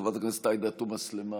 חברת הכנסת עאידה תומא סלימאן,